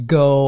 go